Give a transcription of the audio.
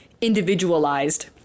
individualized